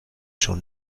schon